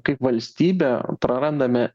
kaip valstybė prarandame